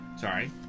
Sorry